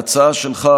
ההצעה שלך,